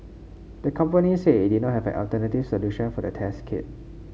the company said it not have alternative solution for the test kit